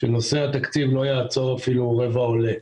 שנושא התקציב לא יעצור אפילו רבע עולה.